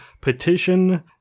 petition